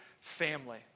family